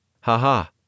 Ha-ha